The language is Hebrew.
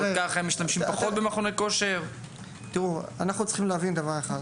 האם הם משתמשים פחות במכוני כושר בעקבות כך?